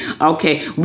Okay